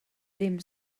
ddim